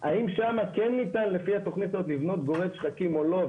האם שם כן ניתן לפי התכנית הזאת לבנות גורד שחקים או לא,